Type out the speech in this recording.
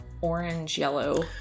orange-yellow